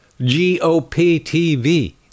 GOP-TV